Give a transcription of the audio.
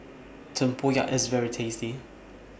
Tempoyak IS very tasty